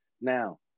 now